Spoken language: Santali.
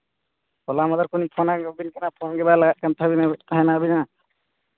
ᱦᱚᱞᱟ ᱢᱟᱦᱫᱷᱮᱨ ᱠᱷᱚᱱᱞᱤᱧ ᱯᱷᱳᱱ ᱟᱹᱵᱤᱱ ᱠᱟᱱᱟ ᱯᱷᱳᱱ ᱜᱮᱵᱟᱝ ᱞᱟᱜᱟᱜ ᱠᱟᱱ ᱛᱟᱹᱵᱤᱱᱟ ᱟᱹᱵᱤᱱᱟᱜ